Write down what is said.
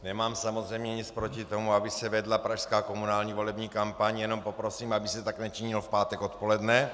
Nemám samozřejmě nic proti tomu, aby se vedla pražská komunální volební kampaň, jen poprosím, aby se tak nečinilo v pátek odpoledne .